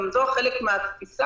גם זו חלק מהתפיסה.